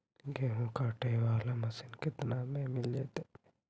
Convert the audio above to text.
गेहूं काटे बाला मशीन केतना में मिल जइतै?